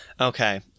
okay